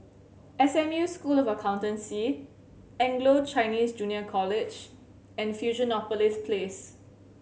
S M U School of Accountancy Anglo Chinese Junior College and Fusionopolis Place